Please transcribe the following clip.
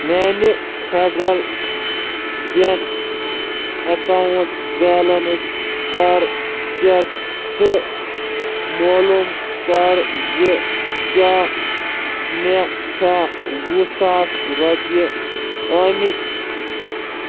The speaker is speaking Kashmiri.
میٚانہِ فؠڈرَل بیٚنٛک اؠکاونٛٹ بیٛلٔنس کَر چیک تہٕ مولوم کَر زِ کیٚاہ مےٚ چھا وُہ ساس رۄپیہِ آمٕتۍ